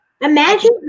Imagine